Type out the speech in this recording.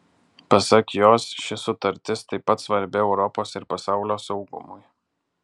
pasak jos ši sutartis taip pat svarbi europos ir pasaulio saugumui